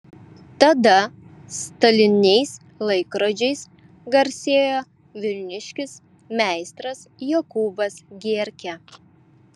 tada staliniais laikrodžiais garsėjo vilniškis meistras jokūbas gierkė